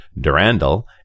Durandal